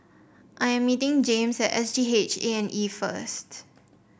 I am meeting James at S G H A and E first